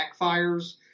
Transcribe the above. backfires